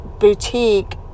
boutique